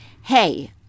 Hey